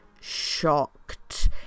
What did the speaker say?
shocked